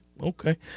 okay